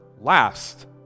last